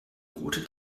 route